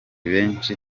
benshi